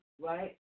right